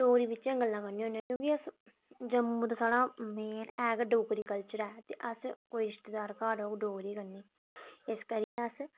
डोगरी बिच गै गल्लां करने होन्ने क्योंकि अस जम्मू साढ़ा मेन एह् गै डोगरी कल्चर ऐ अस कोई रिश्तेदार औग घर ते डोगरी बोलने ते इस करियै अस